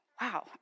wow